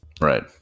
Right